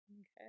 Okay